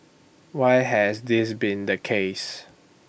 why has this been the case